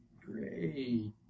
great